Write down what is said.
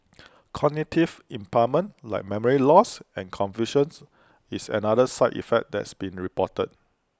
cognitive impairment like memory loss and confusions is another side effect that's been reported